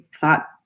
thought